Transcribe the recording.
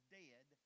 dead